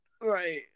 right